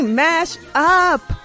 mashup